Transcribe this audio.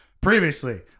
Previously